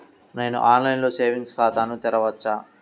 నేను ఆన్లైన్లో సేవింగ్స్ ఖాతాను తెరవవచ్చా?